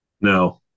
No